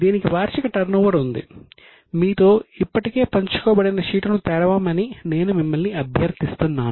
దీనికి వార్షిక టర్నోవర్ ఉంది మీతో ఇప్పటికే పంచుకోబడిన షీటును తెరవమని నేను మిమ్మల్ని అభ్యర్థిస్తున్నాను